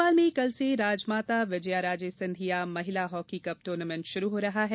भोपाल में कल से राजमाता विजयाराजे सिंधिया महिला हॉकी कप टूर्नामेण्ट शुरू हो रहा है